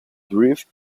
drift